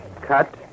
cut